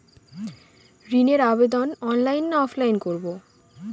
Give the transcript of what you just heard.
ঋণের আবেদন অনলাইন না অফলাইনে করব?